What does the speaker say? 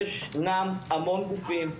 ישנם המון גופים.